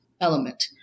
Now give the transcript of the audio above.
element